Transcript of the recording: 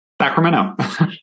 Sacramento